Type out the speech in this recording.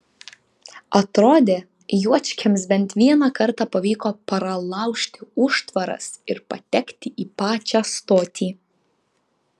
atrodė juočkiams bent vieną kartą pavyko pralaužti užtvaras ir patekti į pačią stotį